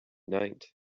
night